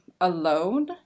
alone